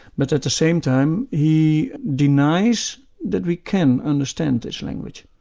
but at the same time, he denies that we can understand this language.